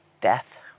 death